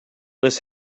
this